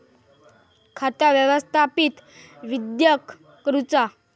खाता व्यवस्थापित किद्यक करुचा?